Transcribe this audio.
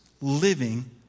living